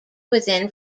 within